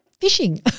fishing